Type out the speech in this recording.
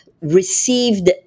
received